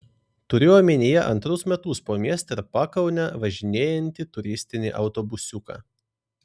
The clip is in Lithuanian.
turiu omenyje antrus metus po miestą ir pakaunę važinėjantį turistinį autobusiuką